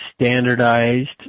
standardized